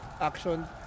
action